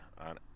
on